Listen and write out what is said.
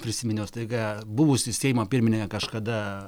prisiminiau staiga buvusį seimo pirmininką kažkada